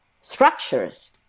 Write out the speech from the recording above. structures